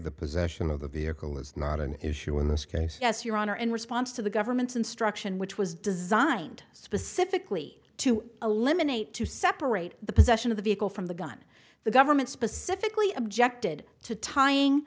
the possession of the vehicle is not an issue in this case yes your honor in response to the government's instruction which was designed specifically to eliminate to separate the possession of the vehicle from the gun the government specifically objected to tying